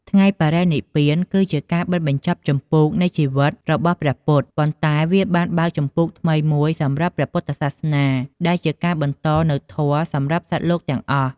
ថ្ងៃបរិនិព្វាន គឺជាការបិទបញ្ចប់ជំពូកនៃជីវិតរបស់ព្រះពុទ្ធ ប៉ុន្តែវាបានបើកជំពូកថ្មីមួយសម្រាប់ព្រះពុទ្ធសាសនា ដែលជាការបន្តនូវធម៌សម្រាប់សត្វលោកទាំងអស់។